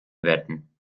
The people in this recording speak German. werden